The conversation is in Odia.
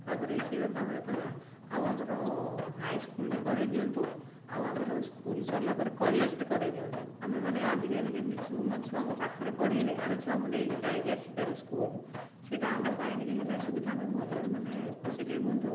ତାପରେ ସିଏ ଗଲା ତାପରେ ତ ଯାହା ଆଉ ଆମର ହାଇସ୍କୁଲ ଟିଏ କରେଇ ଦିଅନ୍ତୁ ଆଉ ଆମର ସ୍କୁଲ ସରିଲା ପରେ କଲେଜ ଟିଏ କରେଇ ଦିଅନ୍ତୁ ଆମେମାନେ ଆଜିକାଲି ଯେମିତି ମାନେ ଛୁଆଙ୍କ ପାଖରେ ପଢ଼େଇଲେ ଆମେ ଛୁଆଙ୍କୁ ନେଇକି ଯାଇକି ଆସିପରିବୁ ସ୍କୁଲ ସେଇଟା ଆମ ପାଇଁ ଟିକିଏ ହେଲେ ସୁବିଧା ଆମେ ଭଲରେ ମାନେ ଖୁସି ଟିକିଏ ହୁଅନ୍ତୁ ଆଉ